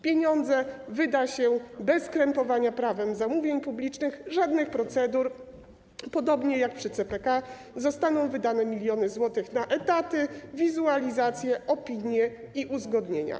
Pieniądze wyda się bez skrępowania, stosując Prawo zamówień publicznych, żadnych procedur, podobnie jak przy CPK zostaną wydane miliony złotych na etaty, wizualizacje, opinie i uzgodnienia.